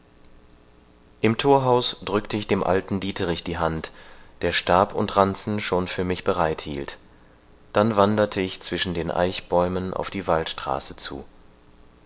im thorhaus drückte ich dem alten dieterich die hand der stab und ranzen schon für mich bereit hielt dann wanderte ich zwischen den eichbäumen auf die waldstraße zu